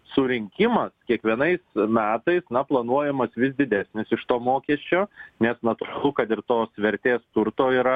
surinkimas kiekvienais metais planuojamas vis didesnis iš to mokesčio nes natūralu kad ir tos vertės turto yra